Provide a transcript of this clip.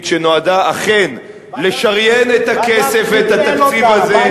שנועדה אכן לשריין את הכסף ואת התקציב הזה,